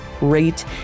rate